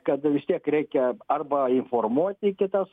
kad vis tiek reikia arba informuoti kitas